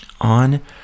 on